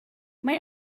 mae